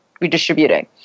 redistributing